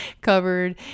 covered